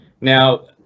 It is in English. Now